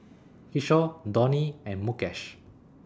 Kishore Dhoni and Mukesh